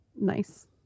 nice